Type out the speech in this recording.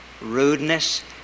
rudeness